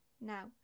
Now